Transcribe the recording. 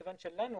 מכיוון שלנו,